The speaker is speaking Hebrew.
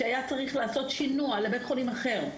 שהיה צריך לעשות שינוע לבית חולים אחר,